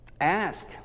ask